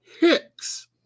Hicks